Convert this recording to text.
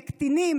לקטינים,